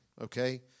okay